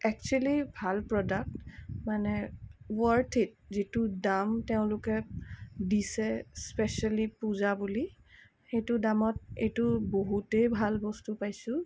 actually ভাল product মানে worth it যিটো দাম তেওঁলোকে দিছে স্পেচিয়েলি পূজা বুলি সেইটো দামত এইটো বহুতেই ভাল বস্তু পাইছোঁ